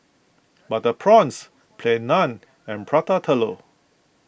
Butter Prawns Plain Naan and Prata Telur